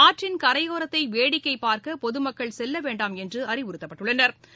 ஆற்றின் கரையோரத்தை வேடிக்கை பார்க்க பொதுமக்கள் செல்ல வேண்டாம் என்றும் அறிவுறுத்தப்பட்டுள்ளனா்